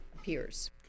appears